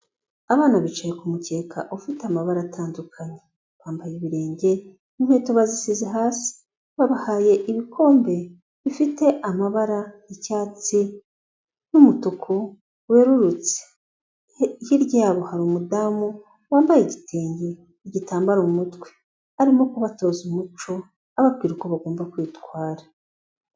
Abana bicaye ku ku mukeka ufite amabara atandukanye. Bambaye ibirenge, inkweto bazisize hasi. Babahaye ibikombe bifite amabara y'icyatsi n'umutuku wererutse. Hirya yabo hari umudamu wambaye igitenge, igitambaro mu mutwe. Arimo kubatoza umuco ababwira uko bagomba kwitwara.